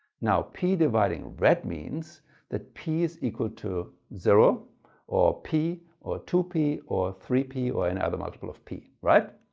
now p dividing red means that p is equal to zero or p or two p or three p or another multiple of p. right?